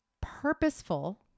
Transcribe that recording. purposeful